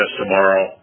tomorrow